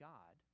God